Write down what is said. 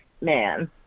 man